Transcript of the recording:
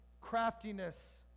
craftiness